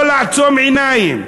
לא לעצום עיניים.